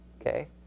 okay